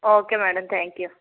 okay madam thank you